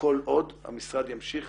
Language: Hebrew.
כל עוד המשרד ימשיך